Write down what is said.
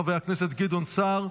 חברי הכנסת גדעון סער,